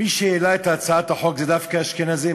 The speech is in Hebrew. מי שהעלה את הצעת החוק זה דווקא אשכנזים,